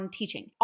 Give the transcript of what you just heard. teaching